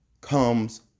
comes